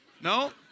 No